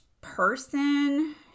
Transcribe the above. person